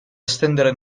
estendere